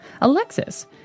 Alexis